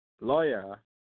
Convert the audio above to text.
lawyer